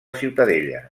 ciutadella